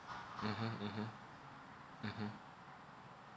mmhmm mmhmm mmhmm